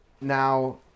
now